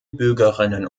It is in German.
bürgerinnen